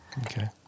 Okay